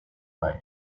mind